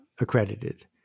accredited